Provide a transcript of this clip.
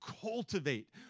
cultivate